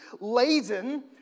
laden